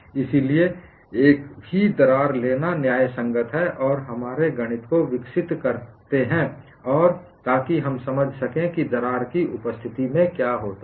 इसलिए एक ही दरार लेना न्यायसंगत हैं और हमारे गणित को विकसित करते हैं ताकि हम समझ सकें कि दरार की उपस्थिति में क्या होता है